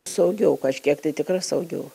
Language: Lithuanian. saugiau kažkiek tai tikrai saugiau